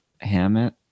Hammett